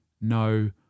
no